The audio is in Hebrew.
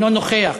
אינו נוכח.